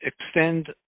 extend